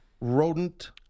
rodent